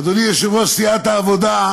אדוני יושב-ראש סיעת העבודה,